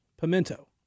pimento